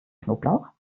knoblauch